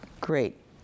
Great